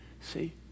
See